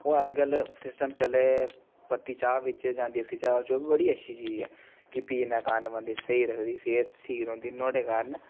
ओह् अज्जकल सिस्टम चले पत्ती चाह् बिच्च जां देसी चाह् बिच्च ओह् बी बड़ी अच्छी चीज़ ऐ कि पीने दे कारण बंदे गी स्हेई रखदी सेह्त ठीक रौंह्दी नुहाड़े कारण